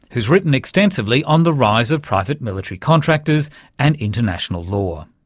who's written extensively on the rise of private military contractors and international law.